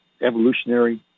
evolutionary